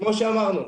כמו שאמרנו,